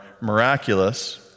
miraculous